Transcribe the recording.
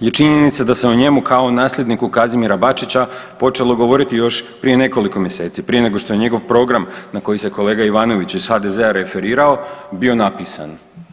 je činjenica da se o njemu kao nasljedniku Kazimira Bačića počelo govoriti još prije nekoliko mjeseci, prije nego što je njegov program na koji se kolega Ivanović iz HDZ-a referirao, bio napisan.